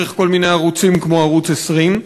דרך כל מיני ערוצים כמו ערוץ 20,